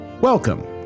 Welcome